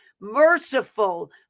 merciful